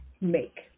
make